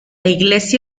iglesia